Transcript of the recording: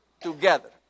together